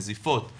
נזיפות,